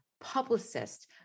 publicist